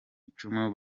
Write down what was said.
icumu